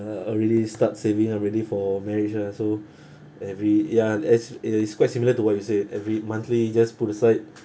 uh already start saving uh ready for marriage lah so every ya it's it is quite similar to what you said every monthly just put aside